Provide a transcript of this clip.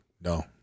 No